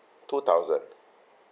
two thousand